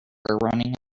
running